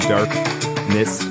Darkness